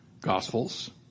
Gospels